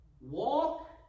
walk